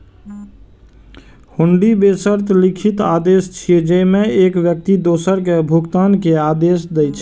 हुंडी बेशर्त लिखित आदेश छियै, जेइमे एक व्यक्ति दोसर कें भुगतान के आदेश दै छै